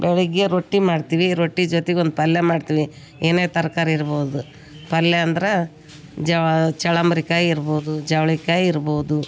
ಬೆಳಿಗ್ಗೆ ರೊಟ್ಟಿ ಮಾಡ್ತೀವಿ ರೊಟ್ಟಿ ಜೊತೆಗೆ ಒಂದು ಪಲ್ಯ ಮಾಡ್ತೀವಿ ಏನೇ ತರಕಾರಿ ಇರಬೋದು ಪಲ್ಯ ಅಂದ್ರೆ ಜೋ ಚಳಂಬ್ರಿ ಕಾಯಿ ಇರಬೋದು ಚವಳೆ ಕಾಯಿ ಇರಬೋದು